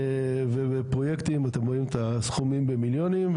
פרויקטים אתם רואים את הסכומים במיליונים,